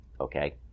Okay